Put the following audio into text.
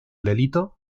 delito